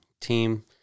team